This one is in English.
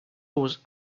was